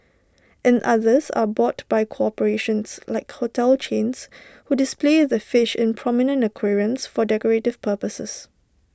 and others are bought by corporations like hotel chains who display the fish in prominent aquariums for decorative purposes